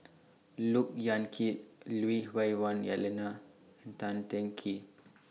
Look Yan Kit Lui Hah Wah Elena and Tan Teng Kee